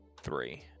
three